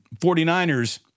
49ers